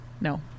No